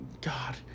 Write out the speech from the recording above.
God